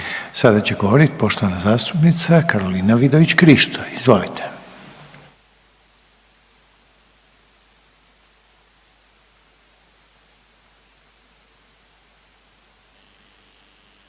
Sada će govorit poštovana zastupnica Karolina Vidović Krišto, izvolite.